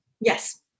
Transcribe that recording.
Yes